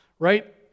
right